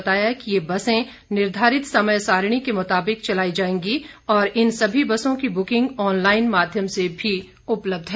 बिक्रम ठाकुर ने बताया कि ये बसें निर्धारित समय सारिणी के मुताबिक चलाई जाएंगी और इन सभी बसों की बुकिंग ऑनलाईन माध्यम से भी उपलब्ध हैं